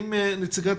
כרמית נציגת